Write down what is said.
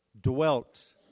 dwelt